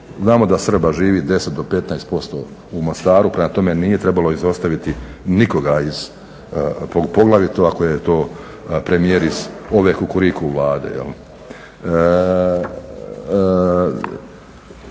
Znamo da Srba živi 10 do 15% u Mostaru prema tome nije trebalo izostaviti nikoga, poglavito ako je to premijer iz ove Kukuriku Vlade.